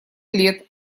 лет